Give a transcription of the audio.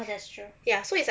oh that's true